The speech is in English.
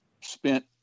spent